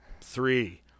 three